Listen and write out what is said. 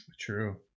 true